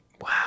Wow